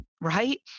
right